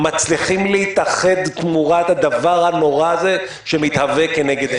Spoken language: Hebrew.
מצליחים להתאחד תמורת הדבר הנורא הזה שמתהווה כנגד עינינו.